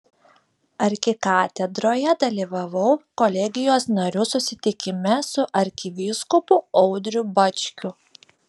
arkikatedroje dalyvavau kolegijos narių susitikime su arkivyskupu audriu bačkiu